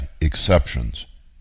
exceptions